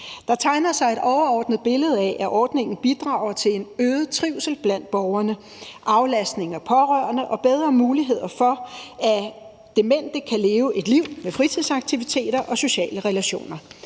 Der tegner sig et overordnet billede af, at ordningen bidrager til en øget trivsel blandt borgerne, aflastning af pårørende og bedre muligheder for, at demente kan leve et liv med fritidsaktiviteter og sociale relationer.